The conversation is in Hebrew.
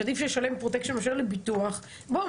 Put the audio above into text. שעדיף לשלם פרוטקשן מאשר לביטוח - בוא,